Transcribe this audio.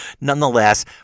Nonetheless